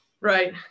Right